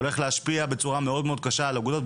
שהולך להשפיע בצורה מאוד מאוד קשה על האגודות,